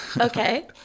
Okay